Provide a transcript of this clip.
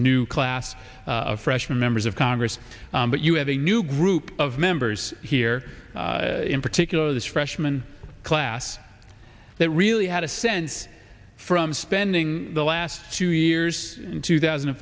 new class of freshmen members of congress but you have a new group of members here in particular this freshman class that really had a sense from spending the last two years in two thousand and